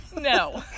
No